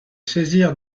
saisir